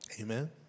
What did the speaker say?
Amen